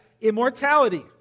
immortality